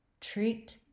Treat